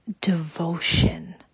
devotion